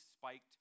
spiked